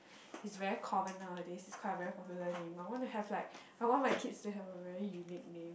is very common nowadays it's quite a very popular name I want to have like I want my kids to have a very unique name